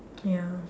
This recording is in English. ya